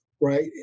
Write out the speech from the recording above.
right